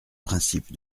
principe